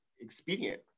expedient